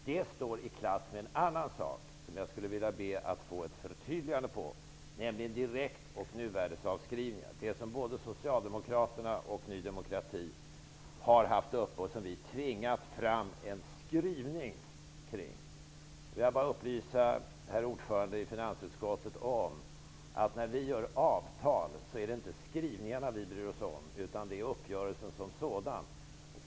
Det står i klass med något som jag skulle vilja få förtydligat, nämligen direkt och nuvärdesavskrivningar. Något som både Socialdemokraterna och Ny demokrati har tagit upp. Vi tvingade fram en skrivning kring det. Låt mig upplysa finansutskottets ordförande om att när vi i Ny demokrati träffar avtal, är det inte skrivningarna som vi bryr oss om utan uppgörelsen som sådan.